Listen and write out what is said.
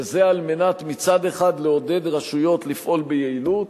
וזה מצד אחד על מנת לעודד רשויות לפעול ביעילות,